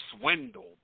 swindled